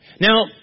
Now